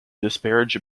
disparage